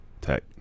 Tech